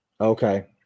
Okay